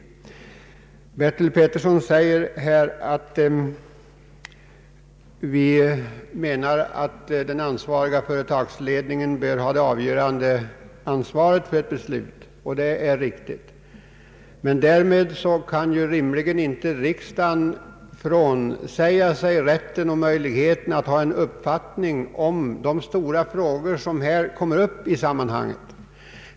Herr Bertil Petersson säger att företagsledningen bör fatta det avgörande beslutet, och det är riktigt. Men därmed behöver rimligen inte riksdagen frånsäga sig rätt och möjlighet att ha en uppfattning i frågan.